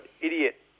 idiot